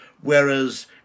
Whereas